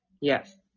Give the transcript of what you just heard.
Yes